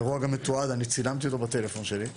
אני גם צילמתי את האירוע בטלפון שלי,